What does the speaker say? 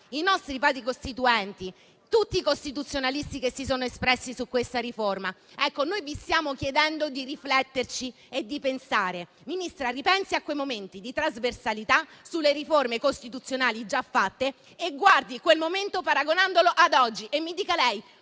ai nostri Padri costituenti e a tutti i costituzionalisti che si sono espressi su questa riforma. Ecco, noi vi stiamo chiedendo di rifletterci e di pensare. Ministra, ripensi a quei momenti di trasversalità sulle riforme costituzionali già realizzate e guardi quel momento paragonandolo ad oggi e mi dica lei